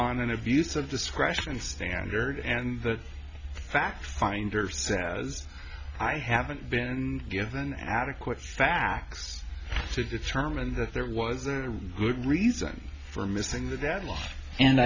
on an abuse of discretion standard and the fact finder says i haven't been given adequate facts to determine that there was a good reason for missing the deadline and